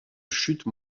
chute